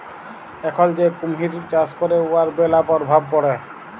এখল যে কুমহির চাষ ক্যরে উয়ার ম্যালা পরভাব পড়ে